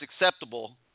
acceptable